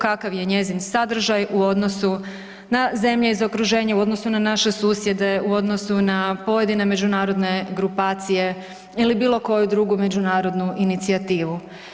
Kakav je njezin sadržaj u odnosu na zemlje iz okruženja, u odnosu na naše susjede, u odnosu na pojedine međunarodne grupacije ili bilo koju drugu međunarodnu inicijativu.